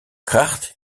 kracht